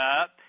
up